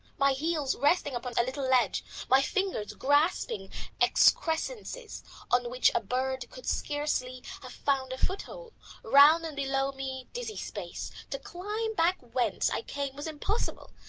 my heels resting upon a little ledge my fingers grasping excrescences on which a bird could scarcely have found a foothold round and below me dizzy space. to climb back whence i came was impossible,